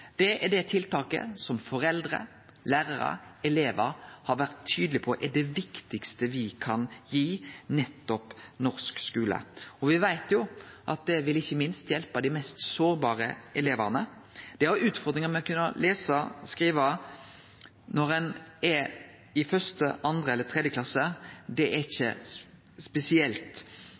Det er det tiltaket som foreldre, lærarar og elevar har vore tydelege på er det viktigaste me kan gi norsk skule. Me veit at det vil ikkje minst hjelpe dei mest sårbare elevane. Det å ha utfordringar med å kunne lese og skrive når ein er i 1., 2. eller 3. klasse, er ikkje spesielt